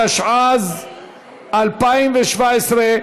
התשע"ז 2017,